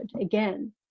again